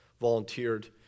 volunteered